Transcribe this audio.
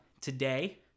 today